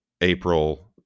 April